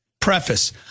Preface